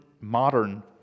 modern